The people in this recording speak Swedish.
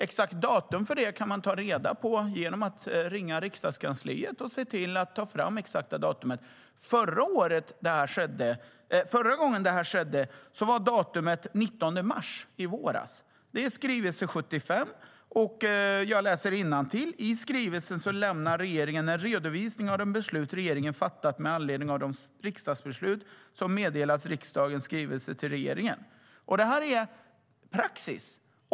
Exakt datum för det kan man ta reda på genom att ringa riksdagskansliet och se till att det exakta datumet tas fram. Förra gången det här skedde var datumet den 19 mars i våras. Det är skrivelse 75. Jag läser innantill: I skrivelsen lämnar regeringen en redovisning av de beslut regeringen fattat med anledning av de riksdagsbeslut som meddelats i riksdagens skrivelser till regeringen. Det här är praxis.